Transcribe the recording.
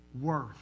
worth